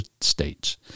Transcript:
states